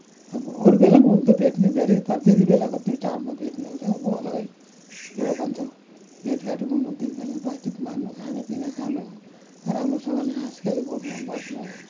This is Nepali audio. अरू बेला पनि हुन त भेट्न त भेटेको तर त्यति बेला त्यो चाडमा भेट्नु चाहिँ अब अलग्गै कुरो भन्छ भेटघाट हुनु त्यति बेला बातचित मार्नु खानापिना खानु राम्रोसँगले हाँसखेल गर्नु बस्नु